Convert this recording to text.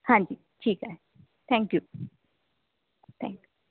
ਹਾਂਜੀ ਠੀਕ ਹੈ ਥੈਂਕਯੂ ਥੈਂਕਯੂ